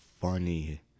funny